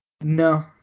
No